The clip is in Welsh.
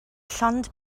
llond